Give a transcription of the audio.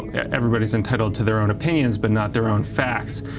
everybody's entitled to their own opinions but not their own facts.